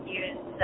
use